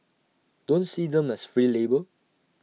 don't see them as free labour